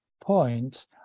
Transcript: point